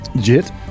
Jit